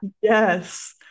Yes